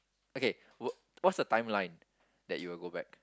okay will what's the timeline that you will go back